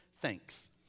thanks